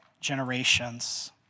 generations